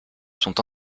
sont